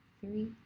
three